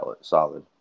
solid